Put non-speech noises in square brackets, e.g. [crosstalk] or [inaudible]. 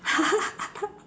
[laughs]